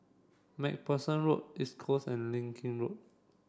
MacPherson Road East Coast and Leng Kee Road